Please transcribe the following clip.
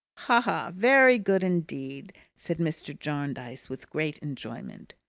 ha, ha! very good indeed! said mr. jarndyce with great enjoyment.